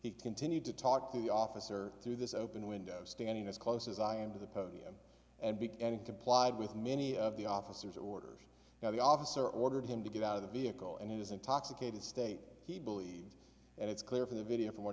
he continued to talk to the officer through this open window standing as close as i am to the podium and beginning complied with many of the officers orders now the officer ordered him to get out of the vehicle and it is intoxicated state he believes and it's clear from the video from what